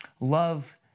Love